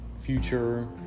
future